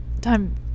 time